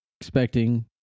expecting